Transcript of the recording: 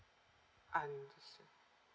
understood